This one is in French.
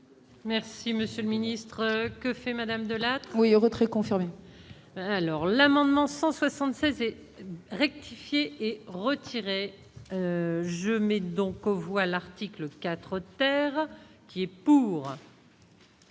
Merci, Monsieur le Ministre, que fait Madame de la. Oui au retrait confirmé. Alors l'amendement 176 et rectifier et retiré je mets donc on voit l'article 4 qui est pour.